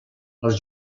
els